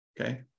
okay